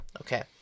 Okay